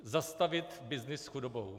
Zastavit byznys s chudobou.